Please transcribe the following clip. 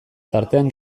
tartean